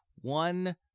one